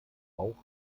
auch